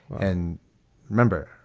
and remember,